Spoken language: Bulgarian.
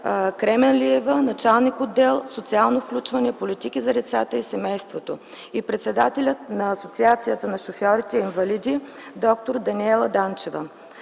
Кременлиева – началник-отдел „Социално включване, политики за децата и семейството” и председателят на Асоциацията на шофьорите инвалиди д-р Даниела Данчева.